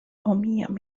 omijam